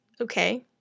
okay